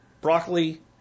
broccoli